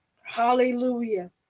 hallelujah